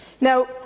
Now